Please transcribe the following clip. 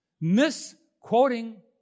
misquoting